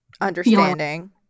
understanding